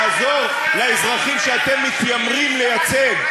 לעזור לאזרחים שאתם מתיימרים לייצג.